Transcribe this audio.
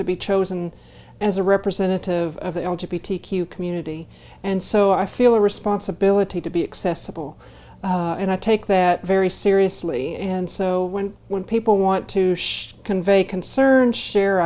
to be chosen as a representative community and so i feel a responsibility to be accessible and i take that very seriously and so when when people want to convey concern share